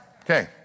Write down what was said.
Okay